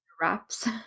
wraps